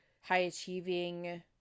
high-achieving